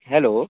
hello